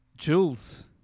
Jules